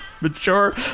mature